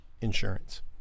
Insurance